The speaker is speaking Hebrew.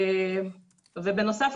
ובנוסף,